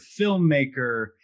filmmaker